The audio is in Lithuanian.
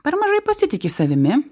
per mažai pasitiki savimi